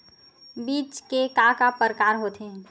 बीज के का का प्रकार होथे?